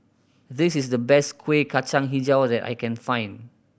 this is the best Kueh Kacang Hijau that I can find